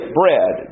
bread